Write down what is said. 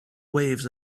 waves